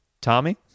Tommy